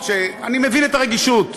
אני מבין את הרגישות,